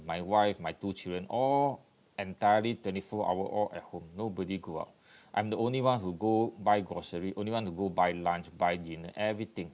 my wife my two children all entirely twenty four hour all at home nobody go out I'm the only one who go buy grocery only one who go buy lunch buy thing everything